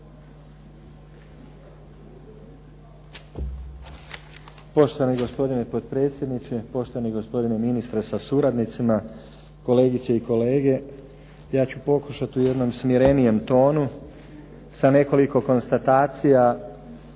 Poštovani gospodine potpredsjedniče. Poštovani gospodine ministre sa suradnicima. Kolegice i kolege. Ja ću pokušati u jednom smirenijem tonu sa nekoliko konstatacija